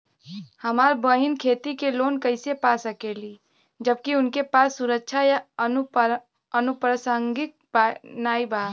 हमार बहिन खेती के लोन कईसे पा सकेली जबकि उनके पास सुरक्षा या अनुपरसांगिक नाई बा?